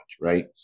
right